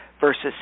versus